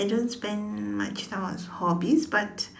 I don't spend much time on hobbies but